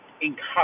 encourage